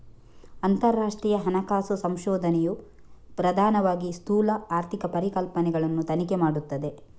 ಅಂತರರಾಷ್ಟ್ರೀಯ ಹಣಕಾಸು ಸಂಶೋಧನೆಯು ಪ್ರಧಾನವಾಗಿ ಸ್ಥೂಲ ಆರ್ಥಿಕ ಪರಿಕಲ್ಪನೆಗಳನ್ನು ತನಿಖೆ ಮಾಡುತ್ತದೆ